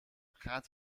gaat